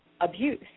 abuse